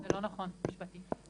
זה לא נכון, משפטית.